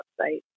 website